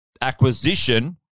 acquisition